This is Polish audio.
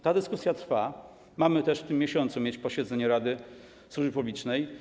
Ta dyskusja trwa, mamy w tym miesiącu posiedzenie Rady Służby Publicznej.